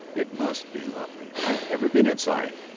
it must be lovely. i've never been inside.